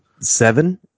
Seven